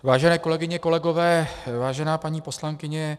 Vážené kolegyně, kolegové, vážená paní poslankyně.